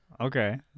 Okay